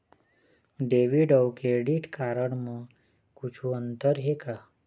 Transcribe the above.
Debit अऊ credit card म कुछू अंतर हे का?